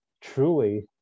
truly